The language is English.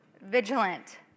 vigilant